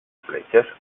fletxes